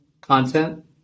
content